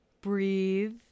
breathe